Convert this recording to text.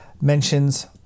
mentions